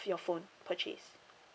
your phone purchase